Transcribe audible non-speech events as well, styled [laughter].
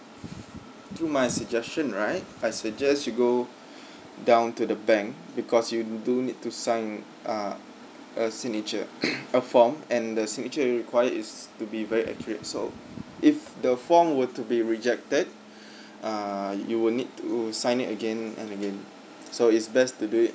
to my suggestion right I suggest you go [breath] down to the bank because you do need to sign uh a signature [coughs] a form and the signature required is to be very accurate so if the form were to be rejected [breath] uh you will need to sign it again and again so it's best to do it